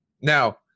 Now